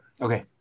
Okay